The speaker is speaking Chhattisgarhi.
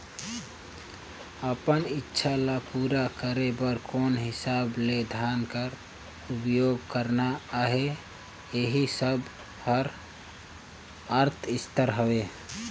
अपन इक्छा ल पूरा करे बर कोन हिसाब ले धन कर उपयोग करना अहे एही सब हर अर्थसास्त्र हवे